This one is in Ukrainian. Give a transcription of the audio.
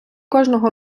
кожного